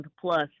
plus